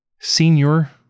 senior